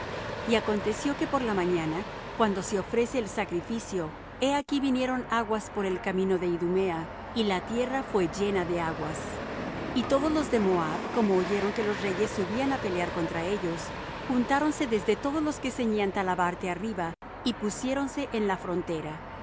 y aconteció que por la mañana cuando se ofrece el sacrificio he aquí vinieron aguas por el camino de idumea y la tierra fué llena de aguas y todos los de moab como oyeron que los reyes subían á pelear contra ellos juntáronse desde todos los que ceñían talabarte arriba y pusiéronse en la frontera